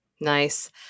Nice